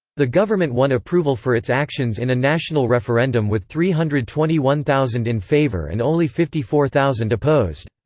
the government won approval for its actions in a national referendum with three hundred and twenty one thousand in favor and only fifty four thousand opposed.